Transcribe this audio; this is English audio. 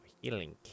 healing